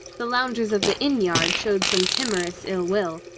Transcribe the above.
the loungers of the inn yard showed some timorous ill will,